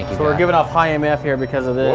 we're giving off high um emf here because of this.